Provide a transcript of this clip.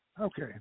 Okay